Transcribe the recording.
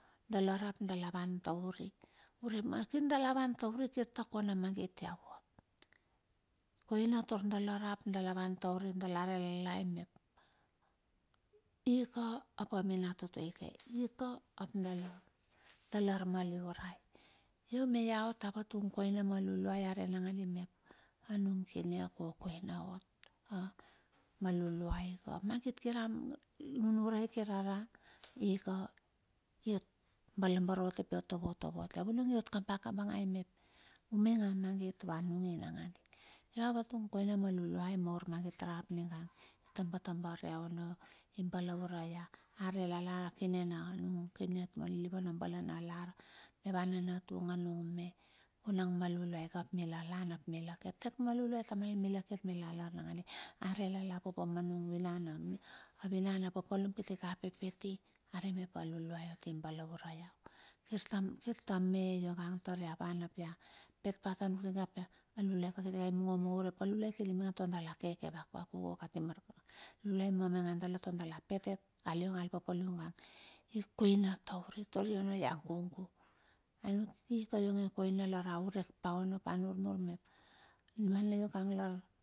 Dala rap dala van taur i, urep na kir dala van tauri, kir ta ko na magit ia vot. Koina taur dala rap dala van taur i, ap dala relelai mep, ieka ap a minatoto i ke, ie ka ap dala dala armaliurai. Io me ia ot a vatung koina ma luluai, are nagadi mep, a nung kine, a kokoina ot, ma luluai ka. A mangit kir a nunurai kira ra, pika iot balaure u iot tovotovo atia, vunang iot kaba kabangai mep, u maingan a mangit, va nungi nangandi. Io a vatung koina ma luluai ma urmagit rap niga i tabatabar ia ono, i balaure ia, arelela a nung kine a nung kine atuma ma bale na lar. Ava nanatung a nung me, vunang ma luluai ka ap mila lan ap mila ketek ma luluai tamal i kir mila lar nangandi. A rela la kokong ma nung vinan. A vinan, a paplum kiti ka a pipiti, arei mep a luluai ot i balaure ia. Kir ta kirta me iongang tar ia van ap ia pit pa ta nuknuk ki na apia, aluluai ka kitika i mungo mungo urep, a luluai kir i maingan taur dala keke vakuku. Kati ma rakaraka na lar, a luluai i maingan taur dala petep a liong al papalum ionga i koina taur i kaule ia gugu, anuk ka ionge koina lar a urek pa ono ap a nurnur mep mana ionge ka lar.